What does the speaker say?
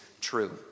true